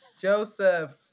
Joseph